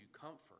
comfort